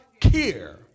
Care